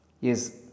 Yes